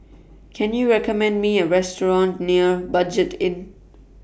Can YOU recommend Me A Restaurant near Budget Inn